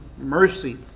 mercy